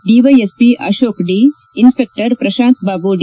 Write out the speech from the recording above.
DYSP Ashok D inspector Prashanth Babu D